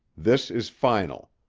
this is final.